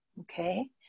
okay